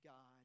God